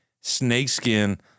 snakeskin